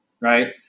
right